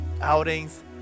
outings